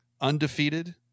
Undefeated